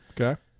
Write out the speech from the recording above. Okay